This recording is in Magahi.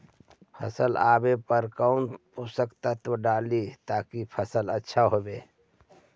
फल आबे पर कौन पोषक तत्ब डाली ताकि फल आछा होबे?